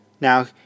Now